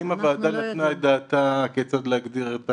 האם הוועדה נתנה את דעתה כיצד להגדיר את העניין?